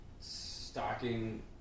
stocking